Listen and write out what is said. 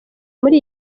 muri